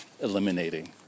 eliminating